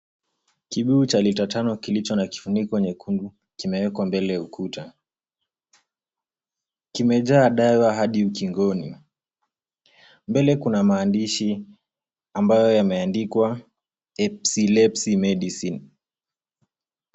Kibuyu cha lita tano kilicho na kifuniko nyekundu kimewekwa mbele ya ukuta. Kimejaa dawa hadi ukingoni. Mbele kuna maandishi ambayo yameandikwa Epilepsy Medicine .